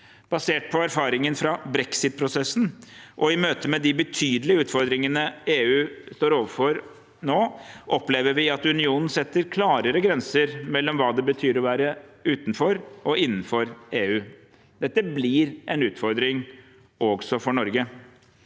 Basert på erfaringene fra brexit-prosessen, og i møtet med de betydelige utfordringene EU står overfor nå, opplever vi at unionen setter klarere grenser mellom hva det betyr å være utenfor og innenfor EU. Dette blir en utfordring også for Norge.